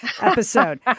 episode